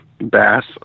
Bass